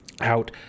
out